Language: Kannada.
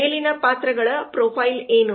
ಮೇಲಿನ ಪಾತ್ರಗಳ ಪ್ರೊಫೈಲ್ ಏನು